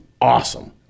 awesome